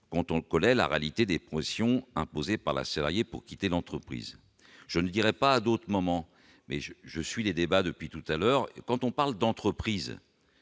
quand on connaît la réalité des propositions imposée par la salariée pour quitter l'entreprise, je ne dirais pas à d'autres moments mais je je suis les débats depuis tout à l'heure quand on parle d'entreprise,